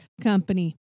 Company